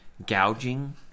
gouging